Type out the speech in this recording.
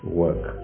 work